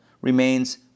remains